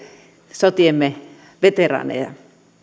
sotiemme veteraaneja